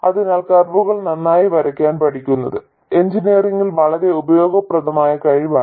അതിനാൽ കർവുകൾ നന്നായി വരയ്ക്കാൻ പഠിക്കുന്നത് എഞ്ചിനീയറിംഗിൽ വളരെ ഉപയോഗപ്രദമായ കഴിവാണ്